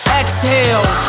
exhale